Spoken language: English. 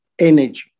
energy